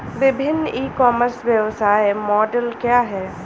विभिन्न e commerce व्यवसाय model क्या हैं?